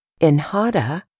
Enhada